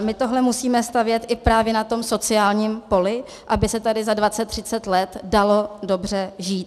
My tohle musíme stavět právě i na tom sociálním poli, aby se tady za dvacet třicet let dalo dobře žít.